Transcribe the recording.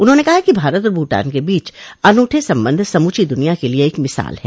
उन्होंने कहा कि भारत और भूटान के बीच अनूठे संबंध समूची दुनिया के लिए एक मिसाल हैं